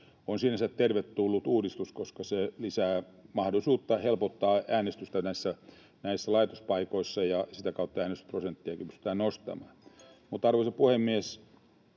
on sinänsä tervetullut uudistus, koska se lisää mahdollisuutta helpottaa äänestystä näissä laitospaikoissa ja sitä kautta äänestysprosenttiakin pystytään nostamaan. Mutta, arvoisa puhemies,